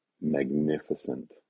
Magnificent